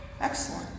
Excellent